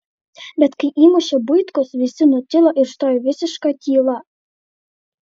bet kai įmušė buitkus visi nutilo ir stojo visiška tyla